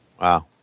Wow